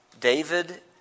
David